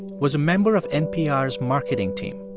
was a member of npr's marketing team.